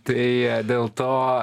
tai dėl to